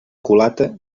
culata